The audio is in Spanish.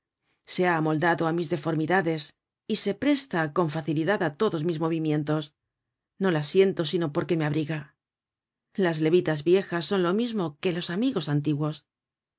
ha amoldado á mis deformidades y se presta con facilidad á todos mis movimientos no la siento sino porque me abriga las levitas viejas son lo mismo que los amigos antiguos